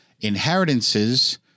inheritances